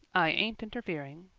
i ain't interfering.